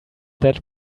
that